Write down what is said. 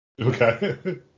Okay